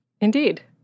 Indeed